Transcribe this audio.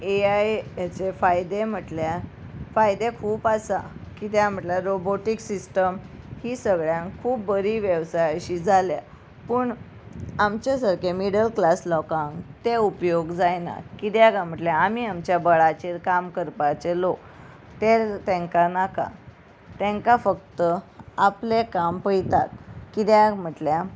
ए आय हाचे फायदे म्हटल्यार फायदे खूब आसा किद्याक म्हटल्यार रोबोटीक सिस्टम ही सगळ्यांक खूब बरी वेवसाय अशी जाल्या पूण आमचे सारके मिडल क्लास लोकांक ते उपयोग जायना कित्याक म्हटल्यार आमी आमच्या बळाचेर काम करपाचे लोक ते तांकां नाका तांकां फक्त आपलें काम पळयतात किद्याक म्हटल्या